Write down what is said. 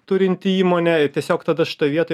turinti įmonė ir tiesiog tada šitoj vietoj